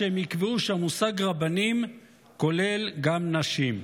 שהם יקבעו שהמושג רבנים כולל גם נשים.